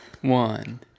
one